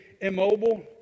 immobile